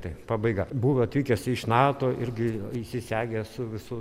taip pabaiga buvo atvykęs iš nato irgi įsisegęs su visu